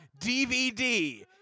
DVD